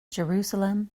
jerusalem